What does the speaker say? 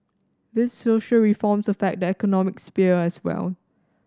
these social reforms affect the economic sphere as well